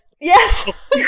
Yes